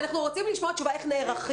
אנחנו רוצים לשמוע תשובה איך נערכים.